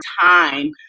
time